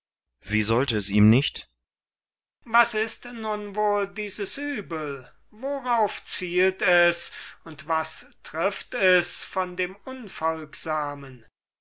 wie sollte es ihm nicht sokrates was ist nun wohl dieses übel worauf zielt es und was trifft es von dem